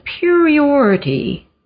superiority